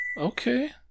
Okay